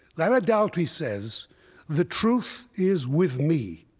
that idolatry says the truth is with me,